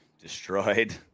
Destroyed